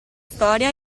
storia